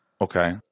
okay